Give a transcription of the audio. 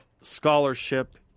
scholarship